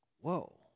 Whoa